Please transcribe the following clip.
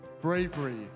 bravery